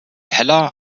heller